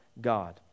God